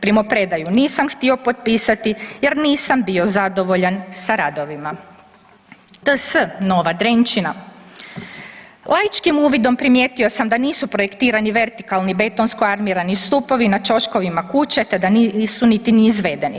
Primopredaju nisam htio potpisati, jer nisam bio zadovoljan sa radovima.“ TS, Nova Drenčina: „Laičkim uvidom primijetio sam da nisu projektirani vertikalni betonsko-armirani stupovi na ćoškovima kuće te da nisu niti izvedeni.